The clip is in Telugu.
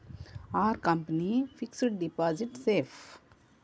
Are company fixed deposit safe?